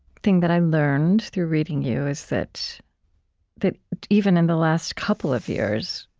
thing that i learned through reading you is that that even in the last couple of years,